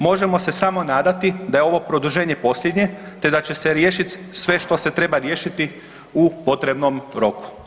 Možemo se samo nadati da je ovo produženje posljednje te da će se riješiti sve što se treba riješiti u potrebnom roku.